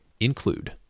include